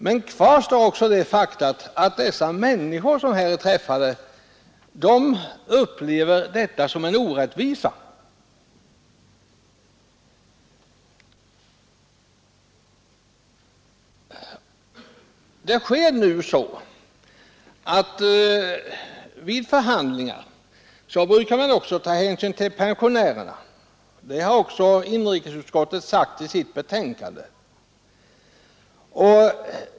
Men kvar står det faktum att de människor som drabbas upplever detta som en orättvisa. Man brukar dock vid förhandlingar ta hänsyn till pensionärerna, och det har också inrikesutskottet sagt i sitt betänkande.